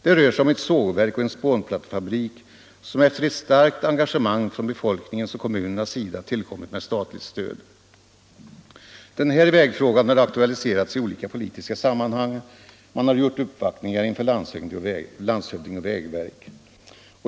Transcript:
Det rör sig om ett sågverk och en spånplattefabrik som efter ett starkt engagemang från befolkningens och kommunernas sida tillkommit med statligt stöd. Den här vägfrågan har aktualiserats i olika politiska sammanhang. Man har gjort uppvaktningar inför landshövding och vägverk.